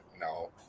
no